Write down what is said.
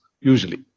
usually